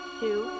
two